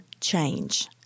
change